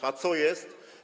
A co jest?